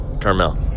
Carmel